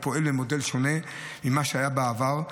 הוא פועל במודל שונה ממה שהיה בעבר.